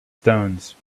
stones